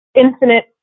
infinite